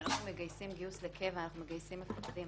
כשאנחנו מגייסים גיוס לקבע אנחנו מגייסים מפקדים